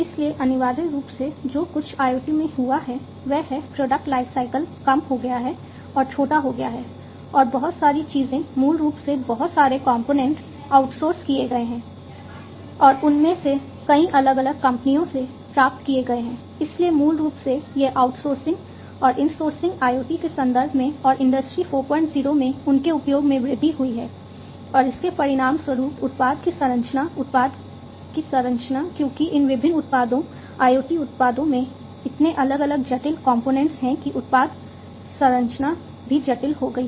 इसलिए अनिवार्य रूप से जो कुछ IoT में हुआ है वह है प्रोडक्ट लाइफसाइकिल कम हो गया है और छोटा हो गया है और बहुत सारी चीजें मूल रूप से बहुत सारे कंपोनेंट हैं कि उत्पाद संरचना भी जटिल हो गई है